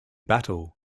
battle